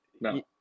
No